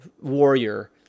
warrior